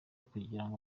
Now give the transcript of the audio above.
kugirango